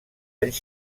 anys